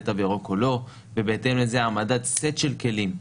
תו ירוק או לא ובהתאם לזה העמדת סט של כלים.